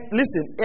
listen